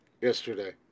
yesterday